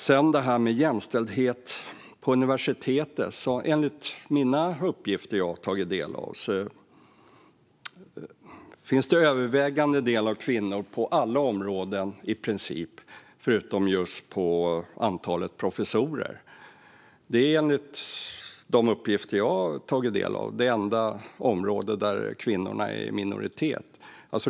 Sedan var det detta med jämställdhet på universiteten. Enligt de uppgifter jag tagit del av finns det en övervägande andel kvinnor på i princip alla områden, förutom just när det gäller antalet professorer. Det är enligt mina uppgifter det enda område där kvinnorna är i minoritet.